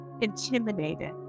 intimidated